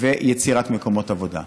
ועל יצירת מקומות עבודה.